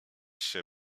się